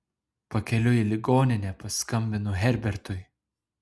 pakeliui į ligoninę paskambinu herbertui